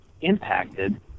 impacted